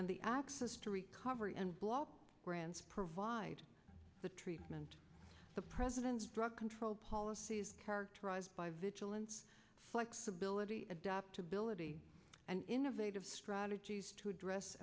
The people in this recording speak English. and the access to recovery and block grants provide the treatment the president's drug control policy is characterized by vigilance flexibility adaptability and innovative strategies to address